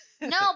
No